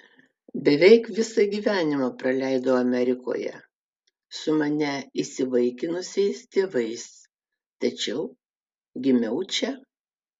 beveik visą gyvenimą praleidau amerikoje su mane įsivaikinusiais tėvais tačiau gimiau čia